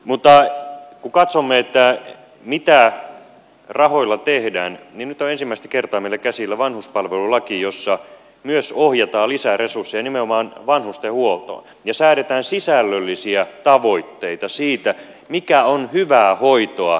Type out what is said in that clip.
mutta kun katsomme mitä rahoilla tehdään niin nyt on ensimmäistä kertaa meillä käsillä vanhuspalvelulaki jossa myös ohjataan lisää resursseja nimenomaan vanhustenhuoltoon ja säädetään sisällöllisiä tavoitteita siitä mikä on hyvää hoitoa ikäihmisille